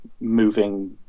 moving